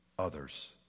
Others